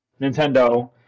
Nintendo